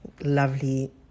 lovely